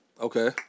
okay